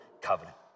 covenant